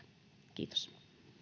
kiitos